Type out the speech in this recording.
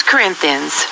Corinthians